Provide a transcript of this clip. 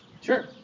Sure